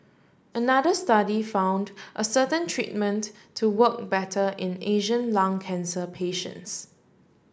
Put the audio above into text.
another study found a certain treatment to work better in Asian lung cancer patients